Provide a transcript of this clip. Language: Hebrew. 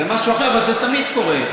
זה משהו אחר, אבל זה תמיד קורה.